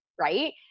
right